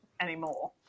anymore